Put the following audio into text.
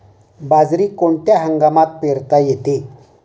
बाजरी कोणत्या हंगामात पेरता येते?